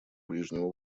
ближнего